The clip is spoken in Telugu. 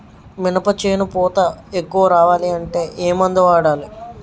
మినప చేను పూత ఎక్కువ రావాలి అంటే ఏమందు వాడాలి?